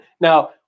now